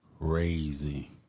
Crazy